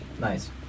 nice